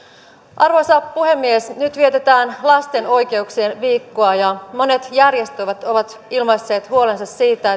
arvoisa puhemies nyt vietetään lasten oikeuksien viikkoa ja monet järjestöt ovat ilmaisseet huolensa siitä